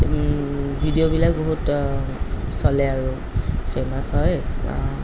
ভিডিঅ'বিলাক বহুত চলে আৰু চোৱাও হয়